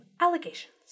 allegations